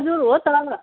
हजुर हो त